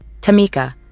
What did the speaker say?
Tamika